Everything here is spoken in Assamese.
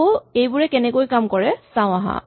আকৌ এইবোৰে কেনেকৈ কাম কৰে চাওঁ আহা